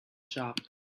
shop